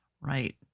right